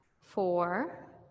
four